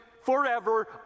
forever